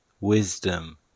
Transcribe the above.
wisdom